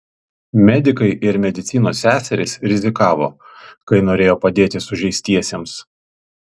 medikai ir medicinos seserys rizikavo kai norėjo padėti sužeistiesiems